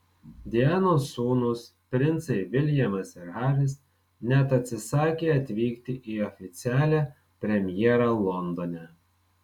dianos sūnūs princai viljamas ir haris net atsisakė atvykti į oficialią premjerą londone